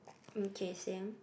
okay same